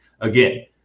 Again